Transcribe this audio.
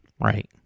Right